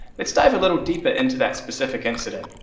let's dive a little deeper into that specific incidents.